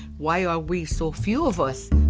why are we so few of us,